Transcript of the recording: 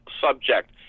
subject